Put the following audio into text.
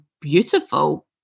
beautiful